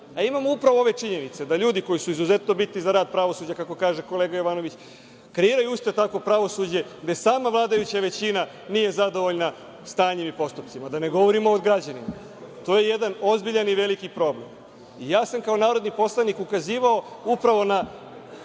Imamo upravo ove činjenice, da ljudi koji su izuzetno bitni za rad pravosuđa, kako kaže kolega Jovanović, kreiraju uspeh takvog pravosuđa gde sama vladajuća većina nije zadovoljna stanjem i postupcima. Da ne govorimo o građanima. To je jedan ozbiljan i veliki problem. Ja sam kao narodni poslanik ukazivao upravo na